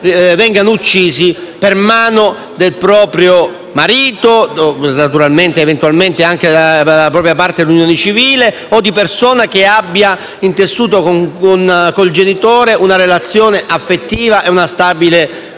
vengano uccisi per mano del proprio marito o, eventualmente, della propria *partner* in unione civile o di persona che abbia intessuto con il genitore una relazione affettiva e una stabile